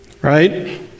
right